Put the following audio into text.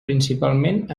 principalment